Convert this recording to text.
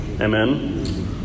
Amen